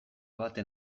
baten